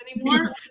anymore